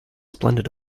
splendid